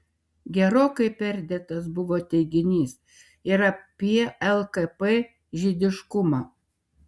gerokai perdėtas buvo teiginys ir apie lkp žydiškumą